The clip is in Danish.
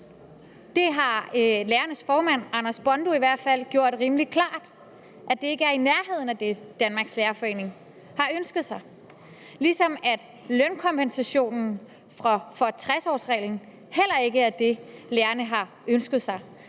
Det har lærernes formand, Anders Bondo, i hvert fald gjort rimelig klart: Det er ikke i nærheden af det, Danmarks Lærerforening har ønsket sig, ligesom lønkompensation for 60-årsreglens afskaffelse heller ikke er det, lærerne har ønsket sig.